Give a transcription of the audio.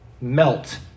melt